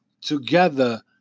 together